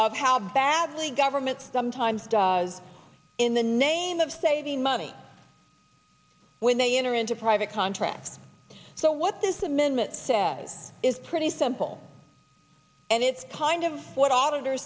of how badly governments sometimes do in the name of saving money when they enter into private contracts so what this amendment says is pretty simple and it's kind of what auditor